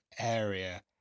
area